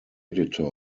editor